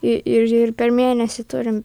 ir per mėnesį turim